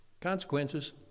Consequences